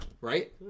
Right